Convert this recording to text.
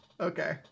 Okay